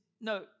no